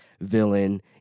villain